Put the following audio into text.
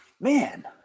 Man